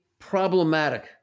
Problematic